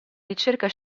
ricerca